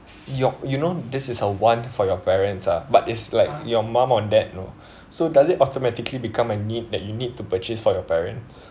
your~ you know this is a want for your parents ah but it's like your mum or dad you know so does it automatically become a need that you need to purchase for your parents